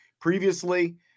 previously